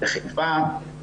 בחיפה,